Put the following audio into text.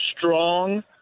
strong